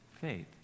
faith